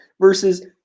versus